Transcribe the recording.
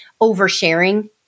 oversharing